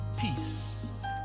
peace